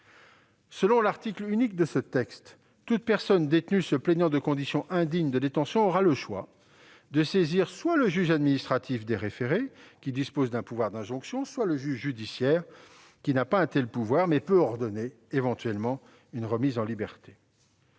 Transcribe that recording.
Selon l'article unique du texte, toute personne détenue se plaignant de conditions indignes de détention aura le choix de saisir soit le juge administratif des référés, qui dispose d'un pouvoir d'injonction, soit le juge judiciaire, qui n'a pas un tel pouvoir mais qui peut éventuellement ordonner une remise en liberté.